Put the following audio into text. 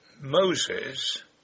Moses